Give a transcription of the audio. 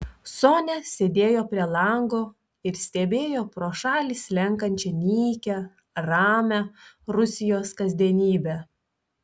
sonia sėdėjo prie lango ir stebėjo pro šalį slenkančią nykią ramią rusijos kasdienybę